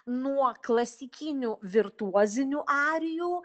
nuo klasikinių virtuozinių arijų